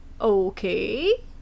Okay